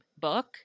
book